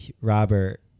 Robert